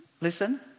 listen